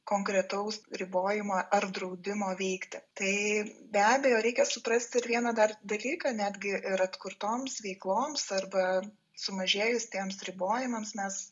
konkretaus ribojimo ar draudimo veikti tai be abejo reikia suprasti ir vieną dar dalyką netgi ir atkurtoms veikloms arba sumažėjus tiems ribojimams mes